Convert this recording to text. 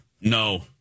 No